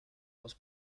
aus